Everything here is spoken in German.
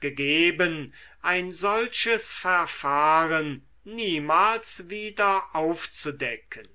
gegeben ein solches verfahren niemals wieder aufzudecken